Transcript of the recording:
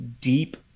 deep